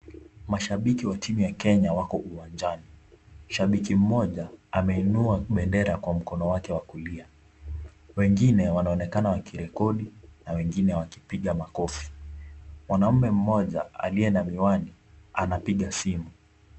Mashabiki wa timu ya Kenya wako uwanjani. Shabiki mmoja ameinua bendera kwa mkono wake wa kulia. Wengine wanaonekana wakirekodi na wengine wakipiga makofi. Mwanaume mmoja aliye na miwani anapiga simu.